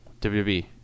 WWE